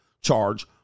charge